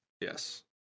Yes